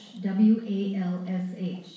W-A-L-S-H